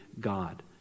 God